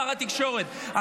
שר התקשורת,